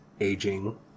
aging